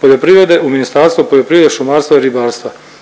poljoprivrede u Ministarstvo poljoprivrede, šumarstva i ribarstva.